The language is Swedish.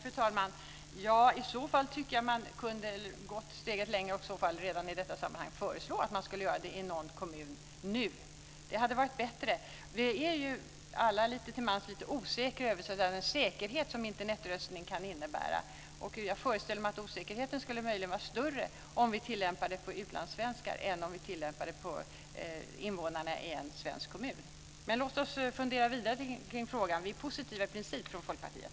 Fru talman! I så fall tycker jag att man kunde ha gått steget längre. Redan i detta sammanhang hade man kunnat föreslå att det här skulle göras i någon kommun nu. Det hade varit bättre. Vi är ju lite till mans oroliga när det gäller säkerheten vid Internetröstning. Jag föreställer mig att osäkerheten möjligen skulle vara större om vi tillämpar detta på utlandssvenskar än om vi tillämpar detta på invånarna i en svensk kommun. Men låt oss fundera vidare kring frågan! Vi är i princip positiva från Folkpartiet.